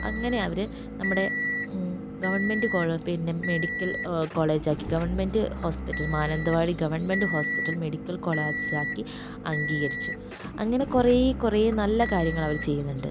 അങ്ങനെ അവർ നമ്മുടെ ഗവൺമെൻ്റ് പിന്നെ മെഡിക്കൽ കോളേജാക്കി government hospital Mananthavady government hospital medical കൊളേജാക്കി അംഗീകരിച്ചു അങ്ങനെ കുറേ കുറേ നല്ല കാര്യങ്ങളവർ ചെയ്യുന്നുണ്ട്